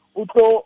uto